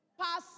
Pass